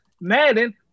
Madden